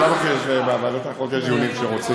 ובלאו הכי בוועדות אחרות יש דיונים כשרוצים.